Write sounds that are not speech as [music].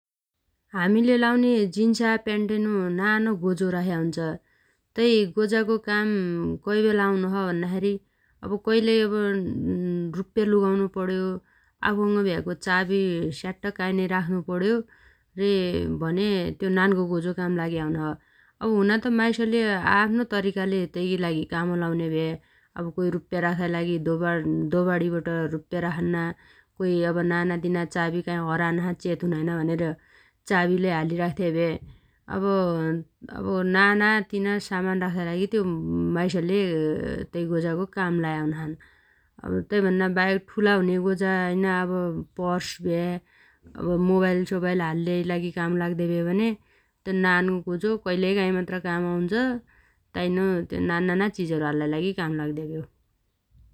हामीले लाउन्या जिन्सा प्यान्टैनो नानो गोजो राख्या हुनोछ । तै गोजागो काम कैबेला आउनोछ भन्नाखेरी अब कैलै अब [hesitation] रुप्प्या लुगाउनु पण्यो आफुस‌ँग भयागो चाबी स्याट्ट काइनै राख्नुपण्यो रे भने त्यो नान्गो गोजो काम लाग्या हुनोछ । अब हुनात माइसले आआफ्नो तरिकाले तैगीलागी काम लाउन्या भ्या । अब कोइ रुप्प्या राउथाइ लागी दोबाणिबट रुप्प्या राखन्ना । कोइ अब नानातिना चाबी काइ हरान्ना चेत हुनाइन भनेर चाबी लै हाली राख्त्या भ्या । अब [hesitation] नाना तिना सामान राख्ताइ लागि त्यो [hesitation] माइसले [hesitation] तै गोजागो काम लाया हुनाछन् । अब तै भन्नाबाहेक ठुला हुन्या गोजाइना अब पर्स भ्या अब मोबाइल सोबाइल हाल्लाइ लागि काम लाग्दे भ्या भन्या त्यो नानो गोजो कइल काइ मात्र काम आउनोछ । ताइनो त्यो नान्नाना चिजहरु हाल्लाइ लागि काम लाग्दे भ्यो ।